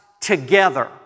together